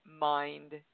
mind